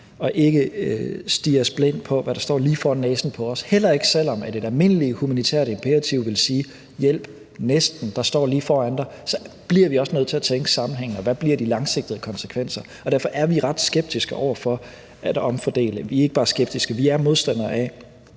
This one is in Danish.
og ikke stirre os blinde på, hvad der står lige for næsen af os, heller ikke, selv om et almindeligt humanitært imperativ ville sige: Hjælp næsten, der står lige foran dig. Men vi bliver også nødt til at tænke sammenhængende på, hvad de langsigtede konsekvenser bliver. Derfor er vi ret skeptiske over for at omfordele. Vi er ikke bare skeptiske, men vi er modstandere af